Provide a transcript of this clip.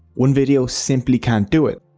one video simply can't do it.